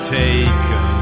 taken